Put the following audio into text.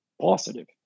positive